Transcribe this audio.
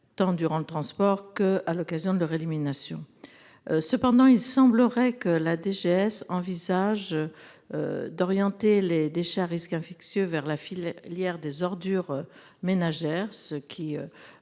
Temps durant le transport que à l'occasion de leur élimination. Cependant, il semblerait que la DGS envisage. D'orienter les déchets à risques infectieux vers la file hier des ordures ménagères, ce qui